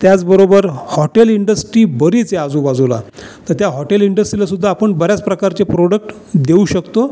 त्याचबरोबर hotel industry बरीच आहे आजूबाजूला तर त्या हॉटेल इंडस्ट्रीलासुद्धा आपण बऱ्याच प्रकारचे प्रोडक्ट देऊ शकतो